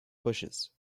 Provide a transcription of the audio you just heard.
bushes